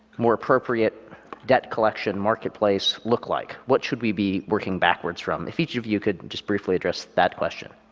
more appropriate debt collection marketplace look like? what should we be working backwards from? if each of you could just briefly address that question.